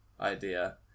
idea